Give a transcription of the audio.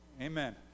Amen